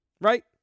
right